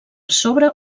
sobre